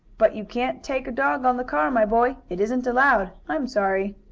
but you can't take a dog on the car, my boy. it isn't allowed. i'm sorry.